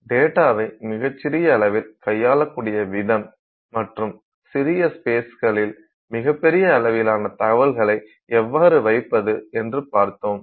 டேட்டாவை மிகச் சிறிய அளவில் கையாளக்கூடிய விதம் மற்றும் சிறிய ஸ்பேஸ்களில் மிகப்பெரிய அளவிலான தகவல்களை எவ்வாறு வைப்பது என்று பார்த்தோம்